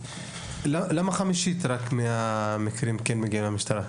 למה רק חמישית מהמקרים כן מגיעים למשטרה?